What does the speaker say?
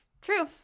True